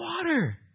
water